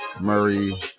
Murray